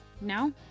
no